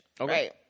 Okay